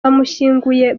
bamushyinguye